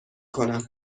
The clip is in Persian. کنم